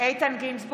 (קוראת בשמות חברי הכנסת) איתן גינזבורג,